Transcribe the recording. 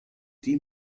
die